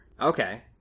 Okay